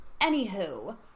anywho